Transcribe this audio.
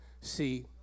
see